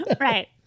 Right